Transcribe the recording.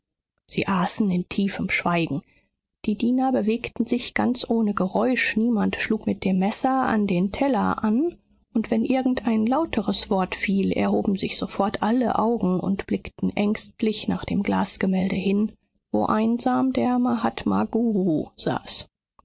sie aßen in tiefem schweigen die diener bewegten sich ganz ohne geräusch niemand schlug mit dem messer an den teller an und wenn irgendein lauteres wort fiel erhoben sich sofort alle augen und blickten ängstlich nach dem glasgemälde hin wo einsam der mahatma guru saß